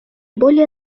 более